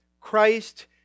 Christ